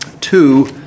Two